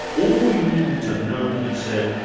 all we needed to know, he said,